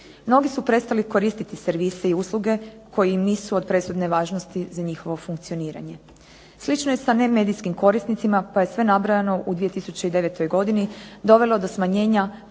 Mnogi su prestali koristiti servise i usluge koji im nisu od presudne važnosti za njihove usluge. Slično je sa nemedijskim korisnicima pa je sve nabrojano u 2009. godini dovelo do smanjenja